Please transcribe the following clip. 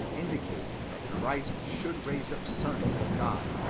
indicating that christ should raise up sons of god,